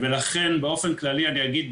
לכן באופן כללי אני אגיד,